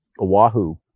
Oahu